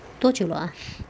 多久了 ah